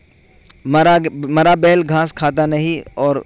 مرا مرا بیل گھاس کھاتا نہیں اور